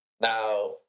Now